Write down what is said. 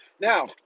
now